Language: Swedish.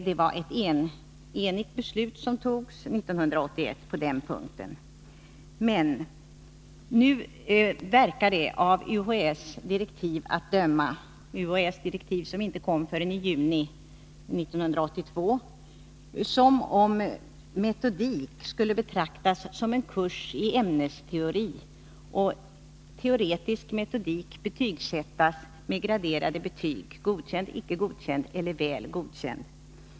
Det var ett enigt beslut som 1981 fattades på den punkten. Av UHÄ:s direktiv att döma — direktiven kom inte förrän i juni 1982 — verkar det emellertid som om metodik skulle betraktas som en kurs i ämnesteori, och teoretisk metodik skulle betygsättas med graderade betyg: godkänd, icke godkänd eller väl godkänd.